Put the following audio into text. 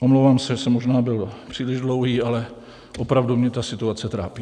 Omlouvám se, že jsem možná byl příliš dlouhý, ale opravdu mě ta situace trápí.